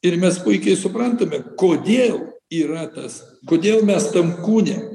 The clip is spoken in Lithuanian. ir mes puikiai suprantame kodėl yra tas kodėl mes tam kūne